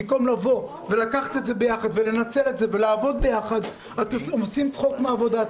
במקום לקחת את זה יחד ולנצל את זה ולעבוד ביחד אתם עושים צחוק מהעבודה.